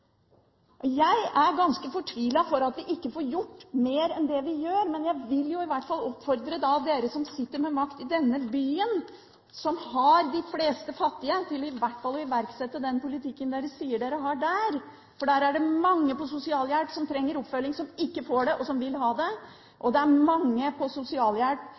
Jeg er ganske fortvilet over at vi ikke får gjort mer enn det vi gjør, men jeg vil i hvert fall oppfordre dere som sitter med makt i denne byen, som har de fleste fattige, til i hvert fall å iverksette den politikken dere sier dere har der. Her er det mange på sosialhjelp som trenger oppfølging, som ikke får det, og som vil ha det. Det er mange på sosialhjelp